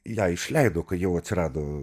ją išleido kai jau atsirado